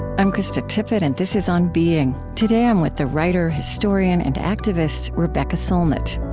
i'm krista tippett, and this is on being. today i'm with the writer, historian, and activist rebecca solnit